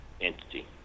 entity